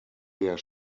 der